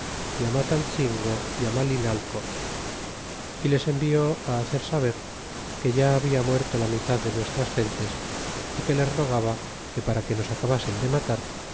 y á mataltzingo y malinalco y les envió á hacer saber que ya habia muerto la mitad de nuestras gentes y que les rogaba que para que nos acabasen de malar